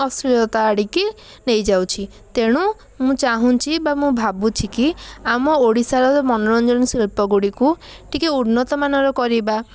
ଅଶ୍ଳୀଳତା ଆଡ଼କୁ ନେଇଯାଉଛେ ତେଣୁ ମୁଁ ଚାହୁଁଛି ବା ମୁଁ ଭାବୁଛି କି ଆମ ଓଡ଼ିଶାର ମନୋରଞ୍ଜନ ଶିଳ୍ପଗୁଡ଼ିକୁ ଟିକିଏ ଉନ୍ନତମାନର କରିବା